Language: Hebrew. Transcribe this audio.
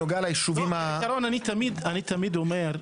אני תמיד אומר,